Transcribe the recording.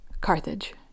Carthage